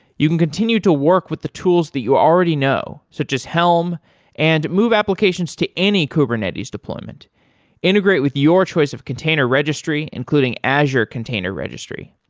you can continue to work with the tools that you already know, so just helm and move applications to any kubernetes deployment integrate with your choice of container registry, including azure container registry.